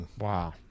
wow